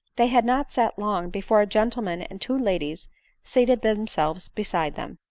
they had not sat long before a gentleman and two ladies seat ed themselves beside them.